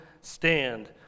stand